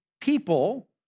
people